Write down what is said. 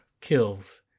kills